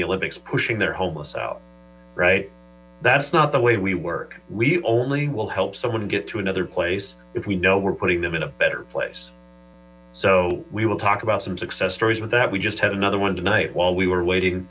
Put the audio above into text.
the olympics pushing their homeless out right that's not the way we work we only will help someone get to another place if we know we're putting them in a better place so we will talk about some success stories with that we just had another one tonight while we were waiting